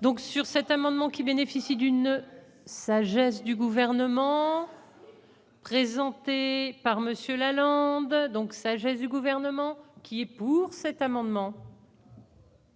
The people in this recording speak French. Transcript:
donc sur cet amendement, qui bénéficie d'une sagesse du gouvernement. Présenté par monsieur Lalonde donc sagesse du gouvernement qui est pour cet amendement.